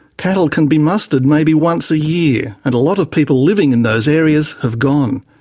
cattle can be mustered maybe once a year, and a lot of people living in those areas have gone.